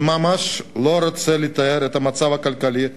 אני לא רוצה לתאר את המצב הכלכלי,